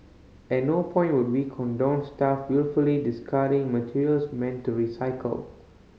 at no point would we condone staff wilfully discarding materials meant to recycled